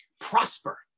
prosper